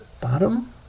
bottom